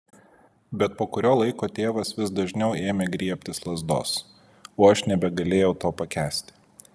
bet po kurio laiko tėvas vis dažniau ėmė griebtis lazdos o aš nebegalėjau to pakęsti